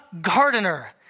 gardener